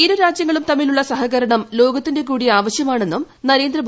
ഇരു രാജ്യങ്ങളും തമ്മിലുള്ള സഹകരണം ലോകത്തിന്റെ കൂടി ആവശ്യമാണെന്നും ശ്രീ